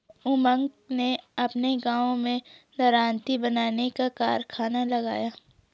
उमंग ने अपने गांव में दरांती बनाने का कारखाना लगाया